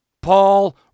Paul